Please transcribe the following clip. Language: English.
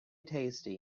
tasty